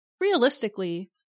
Realistically